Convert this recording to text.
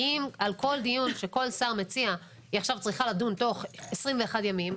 כי אם על כל דיון שכל שר מציע היא עכשיו צריכה לדון תוך 21 ימים,